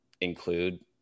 include